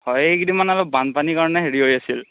হয় এইকেইদিন মানে অলপ বানপানীৰ কাৰণে হেৰি হৈ আছিল